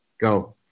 Go